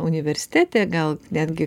universitete gal netgi